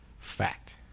fact